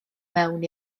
mewn